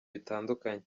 bitandukanye